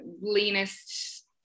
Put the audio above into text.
leanest